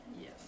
Yes